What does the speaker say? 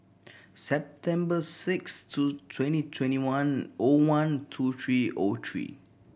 September six two twenty twenty one O one two three O three